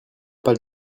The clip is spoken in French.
pas